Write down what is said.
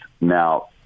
Now